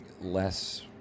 less